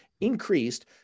increased